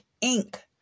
ink